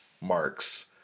marks